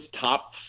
top